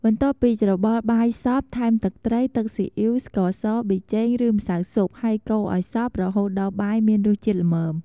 បន្ទាប់ពីច្របល់បាយសព្វ ថែមទឹកត្រី ទឹកស៊ីអ៊ីវ ស្ករស ប៊ីចេង ឫ ម្សៅស៊ុប ហើយកូរឱ្យសព្វ រហូតដល់បាយមានរសជាតិល្មម។